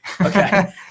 Okay